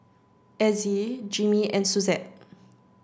Azzie Jimmy and Suzette